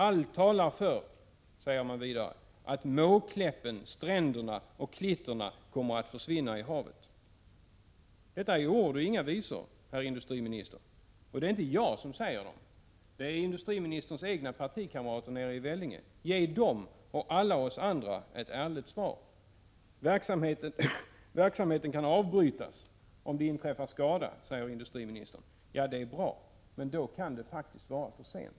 Allt talar för, säger man vidare, att Måkläppen, stränderna och klinterna kommer att försvinna i havet. Detta är ord och inga visor, herr industriminister. Och det är inte jag som säger dem. Det är industriministerns egna partikamrater nere i Vellinge. Ge dem och alla oss andra ett ärligt svar. Verksamheten kan avbrytas om det inträffar skada, säger industriministern. Det är bra. Men då kan det faktiskt vara för sent.